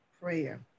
prayer